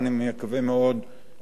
אני אעביר לו את הדברים,